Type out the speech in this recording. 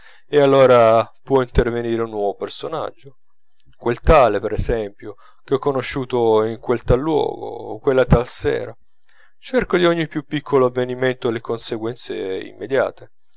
e allora può intervenire un nuovo personaggio quel tale per esempio che ho conosciuto in quel tal luogo quella tal sera cerco di ogni più piccolo avvenimento le conseguenze immediate